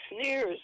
sneers